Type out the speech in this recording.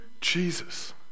Jesus